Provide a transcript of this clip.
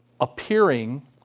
appearing